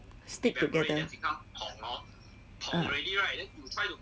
stick together ah